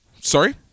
sorry